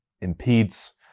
impedes